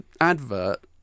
advert